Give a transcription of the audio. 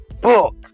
book